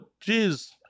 Jeez